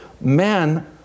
men